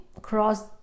cross